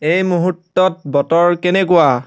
এই মুহূৰ্তত বতৰ কেনেকুৱা